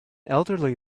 elderly